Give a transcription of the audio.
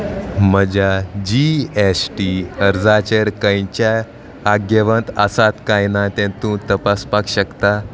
म्हज्या G S T अर्जाचेर खंयच्याय घेवंक आसात काय ना तें तूं तपासपाक शकता